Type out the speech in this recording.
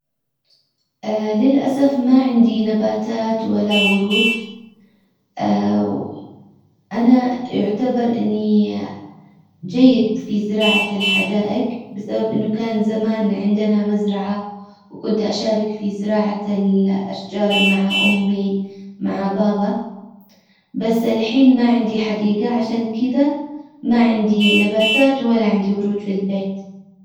للاسف ما عندي نباتات ولا ورود. ا نا يعتبر اني جيد في زراعة الحدائج بسبب انه كان زمان عندنا مزرعة وكنت اشارك في زراعة الاشجار مع امي مع بابا. بس الحين ما عندي حديجة عشان كدا ما عندي نباتات ولا عندي ورود في البيت.